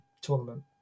tournament